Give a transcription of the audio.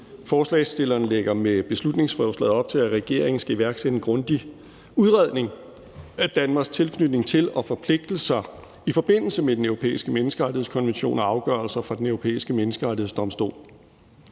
Forslagsstillerne lægger med beslutningsforslaget op til, at regeringen skal iværksætte en grundig udredning af Danmarks tilknytning til og forpligtelser i forbindelse med Den Europæiske Menneskerettighedskonvention og afgørelser fra Den Europæiske Menneskerettighedsdomstol.